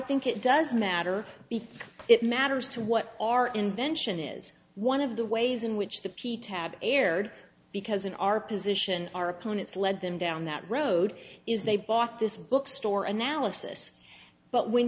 think it does matter because it matters to what our invention is one of the ways in which the p t have erred because in our position our opponents led them down that road is they bought this book store analysis but when